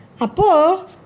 Apo